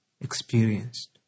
experienced